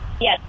Yes